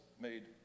made